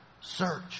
Search